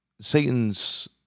Satan's